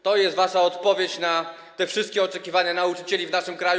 To jest wasza odpowiedź na te wszystkie oczekiwania nauczycieli w naszym kraju.